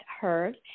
heard